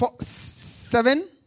seven